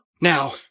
Now